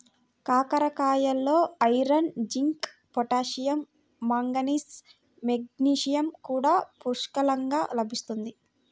కాకరకాయలలో iron, zinc, potassium, manganese, magnesium కూడా పుష్కలంగా లభిస్తుంది